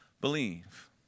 believe